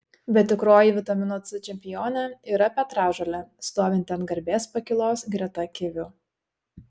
bet tikroji vitamino c čempionė yra petražolė stovinti ant garbės pakylos greta kivių